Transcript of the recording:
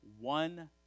one